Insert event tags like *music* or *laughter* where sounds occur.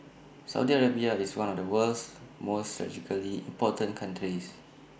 Saudi Arabia is one of the world's most *unintelligible* important countries